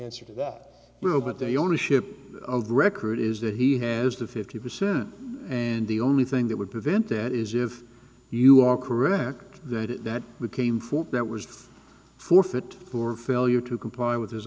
answer to that but they ownership of the record is that he has the fifty percent and the only thing that would prevent that is if you are correct that we came forth that was forfeit to or failure to comply with his